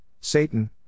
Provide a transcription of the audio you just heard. Satan